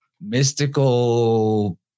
mystical